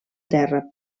terra